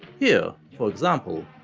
here, for example,